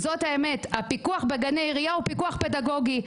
כי הפיקוח בגני עירייה הוא פיקוח פדגוגי.